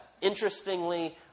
Interestingly